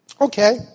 Okay